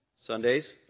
Sundays